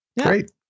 Great